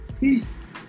Peace